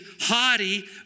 haughty